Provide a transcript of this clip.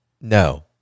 No